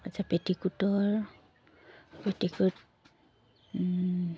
আচ্ছা পেটিকোটৰ পেটিকুট